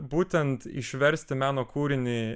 būtent išversti meno kūrinį